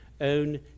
own